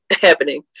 happening